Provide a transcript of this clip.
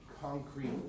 concrete